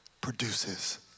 produces